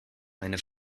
eine